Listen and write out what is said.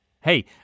Hey